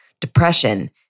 depression